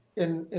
in